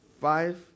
five